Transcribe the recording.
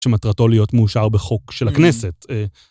שמטרתו להיות מאושר בחוק של הכנסת.